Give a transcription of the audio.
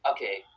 Okay